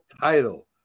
title